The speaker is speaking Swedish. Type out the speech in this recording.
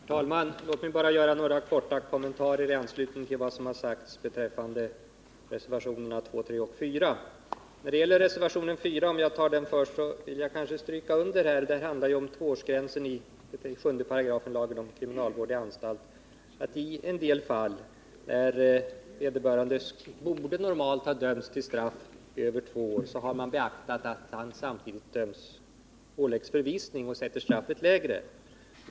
Herr talman! Låt mig bara göra några korta kommentarer i anslutning till vad som har sagts beträffande reservationerna 2, 3 och 4. När det gäller reservationen 4, som avser tvåårsgränsen i 7 § lagen om kriminalvård i anstalt, vill jag understryka att man i en del fall där vederbörande normalt borde dömas till straff på över två år beaktar att han samtidigt åläggs förvisning och därför sätter straffet lägre.